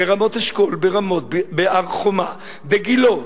ברמות-אשכול, ברמות, בהר-חומה, בגילה,